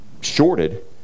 shorted